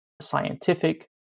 scientific